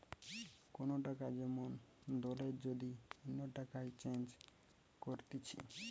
কোন টাকা যেমন দলের যদি অন্য টাকায় চেঞ্জ করতিছে